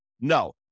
No